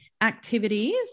activities